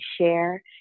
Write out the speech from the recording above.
share